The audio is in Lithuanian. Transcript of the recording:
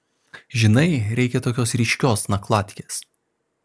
žinai reikia tokios ryškios nakladkės